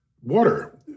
Water